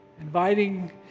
Inviting